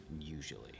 usually